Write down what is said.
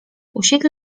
usiedli